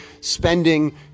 spending